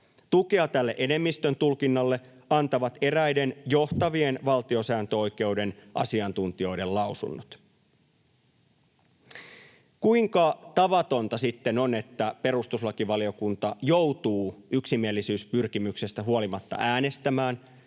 Tukea tälle enemmistön tulkinnalle antavat eräiden johtavien valtiosääntöoikeuden asiantuntijoiden lausunnot. Kuinka tavatonta sitten on, että perustuslakivaliokunta joutuu yksimielisyyspyrkimyksestä huolimatta äänestämään